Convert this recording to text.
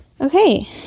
Okay